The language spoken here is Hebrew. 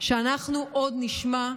שאנחנו עוד נשמע,